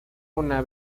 una